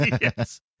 Yes